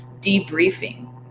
debriefing